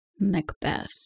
Macbeth